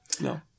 No